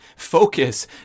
focus